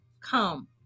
come